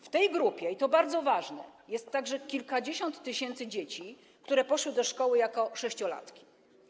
W tej grupie - i to bardzo ważne - jest także kilkadziesiąt tysięcy dzieci, które poszły do szkoły jako sześciolatki.